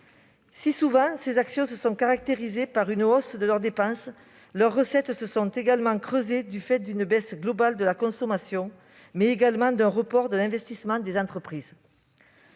Si ces actions se sont souvent caractérisées par une hausse de leurs dépenses, leurs recettes se sont également creusées du fait d'une baisse globale de la consommation, mais également d'un report de l'investissement des entreprises.